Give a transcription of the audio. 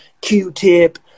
Q-tip